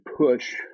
push